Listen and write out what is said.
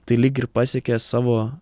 tai lyg ir pasiekė savo